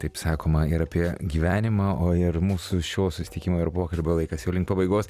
kaip sakoma ir apie gyvenimą o ir mūsų šio susitikimo ir pokalbio laikas jau link pabaigos